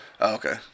okay